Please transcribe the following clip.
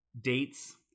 dates